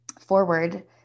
forward